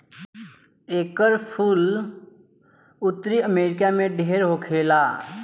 एकर फूल उत्तरी अमेरिका में ढेर होखेला